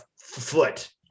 foot